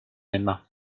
aima